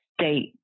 state